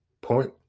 point